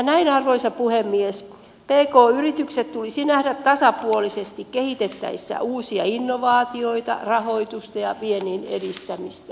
näin arvoisa puhemies pk yritykset tulisi nähdä tasapuolisesti kehitettäessä uusia innovaatioita rahoitusta ja viennin edistämistä